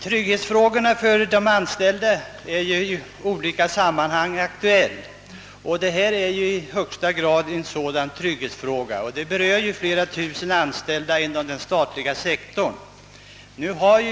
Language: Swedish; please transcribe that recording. Trygghetsfrågorna för de anställda är i olika sammanhang aktuella, och detta är i högsta grad en sådan trygghetsfråga; den berör ju flera tusen anställda inom den statliga sektorn.